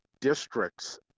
districts